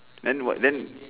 then what then